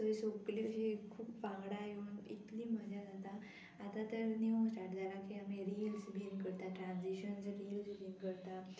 थंय सोगली अशी खूब वांगडा येवन इतली मजा जाता आतां तर न्यू स्टार्ट जाला की आमी रिल्स बीन करता ट्रान्जिशन रिल्स बीन करता